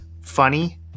Funny